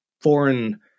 foreign